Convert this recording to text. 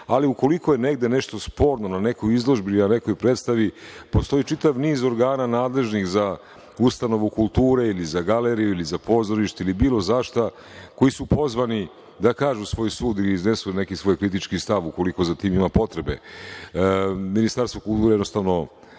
ali ukoliko je negde nešto sporno, na nekoj izložbi ili na nekoj predstavi, postoji čitav niz organa nadležnih za ustanovu kulture ili za galeriju ili za pozorište ili za bilo za šta, koji su pozvani da kažu svoj sud ili iznesu neki svoj kritički stav, ukoliko za tim ima potrebe. Ministarstvo kulture jednostavno